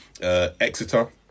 Exeter